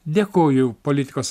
dėkoju politikos